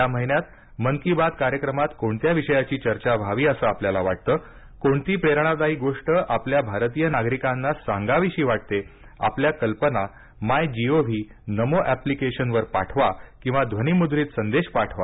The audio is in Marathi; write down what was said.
या महिन्यात मन की बात कार्यक्रमात कोणत्या विषयाची चर्चा व्हावी असं आपल्याला वाटतं कोणती प्रेरणादायी गोष्ट आपल्या भारतीय नागरिकांना सांगावीशी वाटते आपल्या कल्पना My G O V NaMo अप्लिकेशनवर पाठवा किंवा ध्वनीमुद्रित संदेश पाठवा